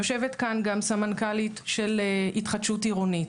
יושבת כאן גם סמנכ"לית של התחדשות עירונית.